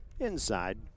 Inside